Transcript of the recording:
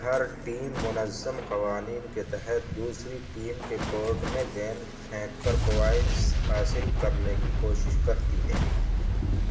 ہر team منظم قوانین کے تحت دوسری ٹیم کے کورٹ میں گیند پھینک کر پوائنٹس حاصل کرنے کی کوشش کرتی ہے